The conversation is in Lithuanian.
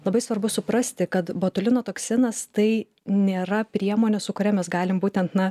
labai svarbu suprasti kad botulino toksinas tai nėra priemonė su kuria mes galim būtent na